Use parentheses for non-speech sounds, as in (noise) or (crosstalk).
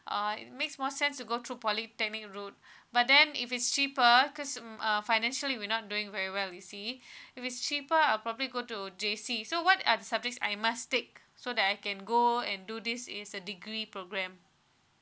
uh it makes more sense to go through polytechnic road (breath) but then if it's cheaper cause hmm uh financially it'll not doing very well you see (breath) if it's cheaper I'll probably go to J_C so what are the subjects I must take so that I can go and do this as a degree program